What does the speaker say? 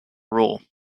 rule